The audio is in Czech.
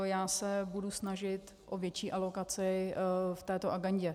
Já se budu snažit o větší alokaci v této agendě.